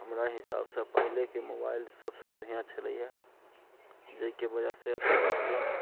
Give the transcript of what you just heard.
हमरा हिसाबसँ पहिलेके मोबाइल सबसे बढ़िआँ छलैया जाहिके वजहसँ एते प्रॉब्लम